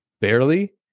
barely